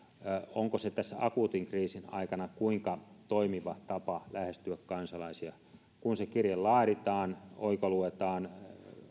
onko se tässä akuutin kriisin aikana kuinka toimiva tapa lähestyä kansalaisia se kirje laaditaan oikoluetaan